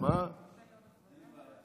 אין לי בעיה.